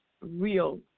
real